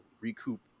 recoup